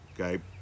okay